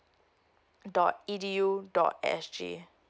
dot E D U dot S G